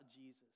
Jesus